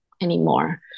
anymore